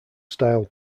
style